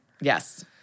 Yes